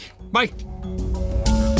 Bye